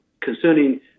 concerning